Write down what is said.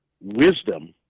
wisdom